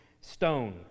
stone